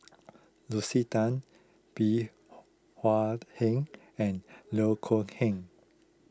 Lucy Tan Bey Hua Heng and Loh Kok Heng